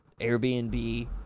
Airbnb